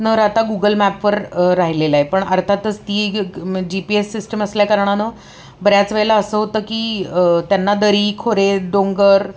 न राहता गुगल मॅपवर राहिलेला आहे पण अर्थातच ती एक जी पी एस सिस्टम असल्याकारणानं बऱ्याच वेळेला असं होतं की त्यांना दरी खोरे डोंगर